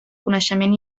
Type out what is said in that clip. coneixement